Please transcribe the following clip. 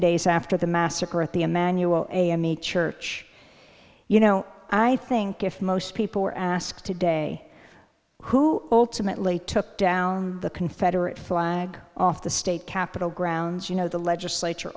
days after the massacre at the a manual a m e church you know i think if most people were asked today who ultimately took down the confederate flag off the state capitol grounds you know the legislature